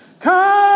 Come